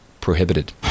prohibited